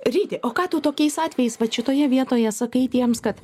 ryti o ką tu tokiais atvejais vat šitoje vietoje sakai tiems kad